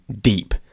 deep